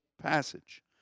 passage